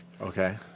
Okay